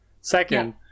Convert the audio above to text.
Second